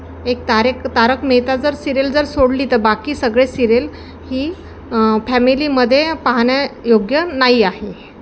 एक तारेक तारक मेहता जर सिरेल जर सोडली तर बाकी सगळे सिरेल ही फॅमिलीमध्ये पाहण्यायोग्य नाही आहे